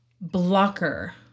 blocker